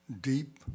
deep